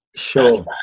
Sure